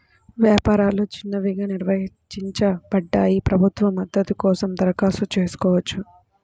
వ్యాపారాలు చిన్నవిగా నిర్వచించబడ్డాయి, ప్రభుత్వ మద్దతు కోసం దరఖాస్తు చేసుకోవచ్చు